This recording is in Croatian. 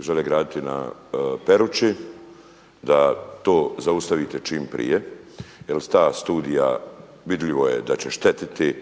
žele graditi na Peruči da to zaustavite čim prije jel ta studija vidljivo je da će štetiti